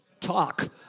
Talk